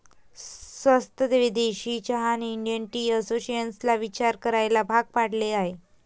स्वस्त विदेशी चहाने इंडियन टी असोसिएशनला विचार करायला भाग पाडले आहे